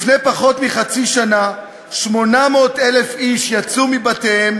לפני פחות מחצי שנה 800,000 איש יצאו מבתיהם